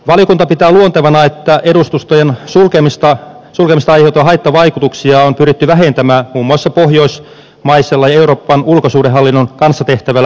valiokunta pitää luontevana että edustustojen sulkemisista aiheutuvia haittavaikutuksia on pyritty vähentämään muun muassa pohjoismaisella euroopan ulkosuhdehallinnon kanssa tehtävällä yhteistyöllä